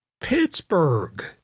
Pittsburgh